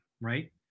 right